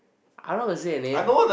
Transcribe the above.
I don't want to say the name